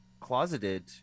closeted